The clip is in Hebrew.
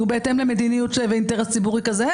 הוא בהתאם למדיניות ולאינטרס ציבורי כזה,